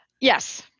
Yes